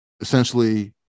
essentially